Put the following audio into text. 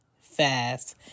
fast